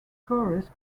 chorus